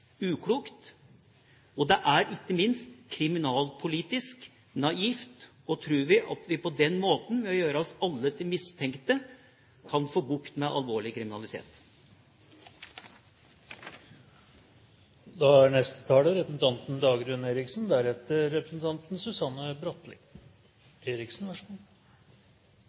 uklokt, og ikke minst er det kriminalpolitisk naivt å tro at vi på den måten, ved å gjøre alle til mistenkte, kan få bukt med alvorlig kriminalitet. Vi som er